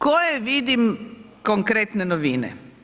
Koje vidim konkretne novine?